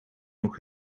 nog